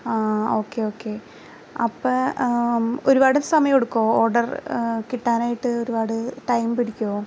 okay okay അപ്പം ഒരുപാട് സമയം എടുക്കുമോ ഓഡർ കിട്ടാനായിട്ട് ഒരുപാട് ടൈം പിടിക്കുമോ